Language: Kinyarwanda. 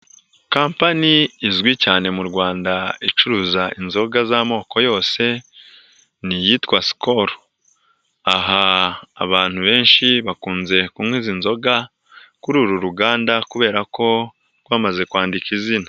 Kampani izwi cyane mu Rwanda icuruza inzoga z'amoko yose, ni iyitwa Sikolu, aha abantu benshi bakunze kunywa iza inzoga, kuri uru ruganda kubera ko rwamaze kwandika izina.